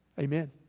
Amen